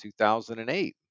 2008